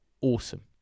awesome